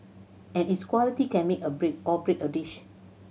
and its quality can make or break or break a dish